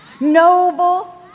noble